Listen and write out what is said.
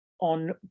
on